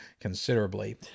considerably